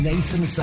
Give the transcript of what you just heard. Nathan